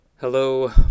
hello